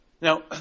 Now